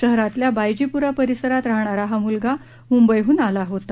शहरातल्या बायजीप्रा परिसरात राहणारा हा मुलगा मुंबईहून आला होता